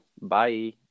bye